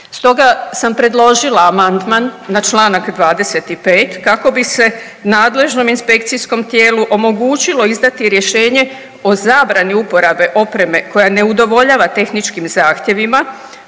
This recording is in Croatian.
Stoga sam predložila amandman na članak 25. kako bi se nadležnom inspekcijskom tijelu omogućilo izdati rješenje o zabrani uporabe opreme koja ne udovoljava tehničkim zahtjevima